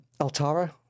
altara